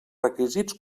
requisits